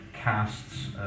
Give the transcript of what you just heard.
casts